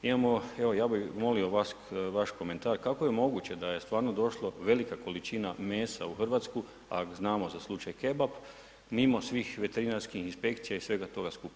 Imamo evo, ja bi molio vaš komentar, kako je moguće da je stvarno došla velika količina mesa u Hrvatsku a znamo za slučaj kebab mimo svih veterinarskih inspekcija i sveta toga skupa?